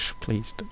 Please